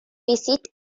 visit